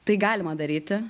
tai galima daryti